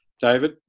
David